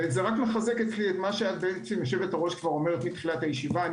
זה מחזק אצלי את מה שיושבת-הראש אומרת מתחילת הישיבה.